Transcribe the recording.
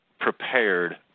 prepared